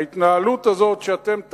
ההתנהלות הזאת שאתם,